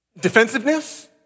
Defensiveness